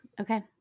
Okay